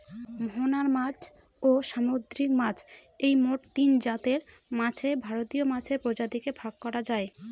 মোহনার মাছ, ও সামুদ্রিক মাছ এই মোট তিনজাতের মাছে ভারতীয় মাছের প্রজাতিকে ভাগ করা যায়